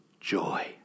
joy